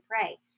pray